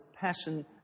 passion